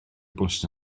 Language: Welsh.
bws